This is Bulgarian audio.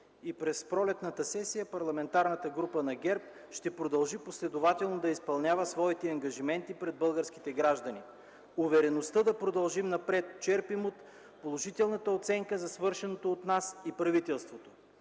И през пролетната сесия Парламентарната група на ГЕРБ ще продължи последователно да изпълнява своите ангажименти пред българските граждани. Увереността да продължим напред черпим от положителната оценка за свършеното от нас и правителството.